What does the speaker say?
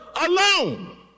alone